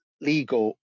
legal